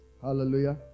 Hallelujah